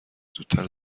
زودتر